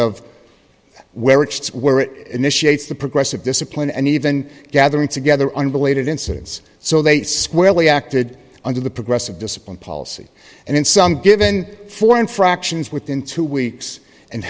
of where it sits where it initiates the progress of discipline and even gathering together unrelated incidents so they squarely acted under the progressive discipline policy and in some given for infractions within two weeks and